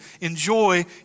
enjoy